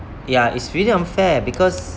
ya it's really unfair because